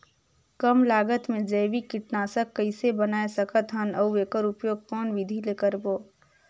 कम लागत मे जैविक कीटनाशक कइसे बनाय सकत हन अउ एकर उपयोग कौन विधि ले करबो?